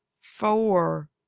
four